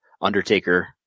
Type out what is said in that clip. Undertaker